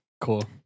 cool